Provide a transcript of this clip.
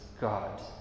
God